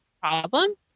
problem